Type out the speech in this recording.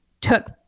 took